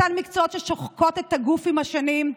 אותם מקצועות ששוחקים את הגוף עם השנים.